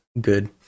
good